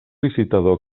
licitador